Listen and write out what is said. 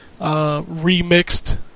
remixed